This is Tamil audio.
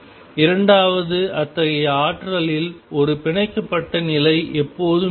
இரண்டாவது அத்தகைய ஆற்றலில் ஒரு பிணைக்கப்பட்ட நிலை எப்போதும் இருக்கும்